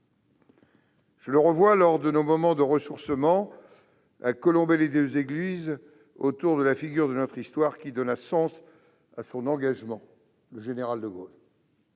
Je le revois lors de nos moments de ressourcement à Colombey-les-Deux-Églises, autour de la figure de notre histoire qui donna sens à son engagement : le général de Gaulle.